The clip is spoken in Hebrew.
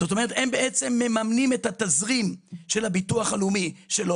זאת אומרת הם בעצם מממנים את התזרים של הביטוח הלאומי שלא